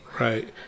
Right